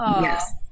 Yes